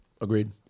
Agreed